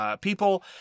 People